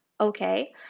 Okay